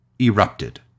erupted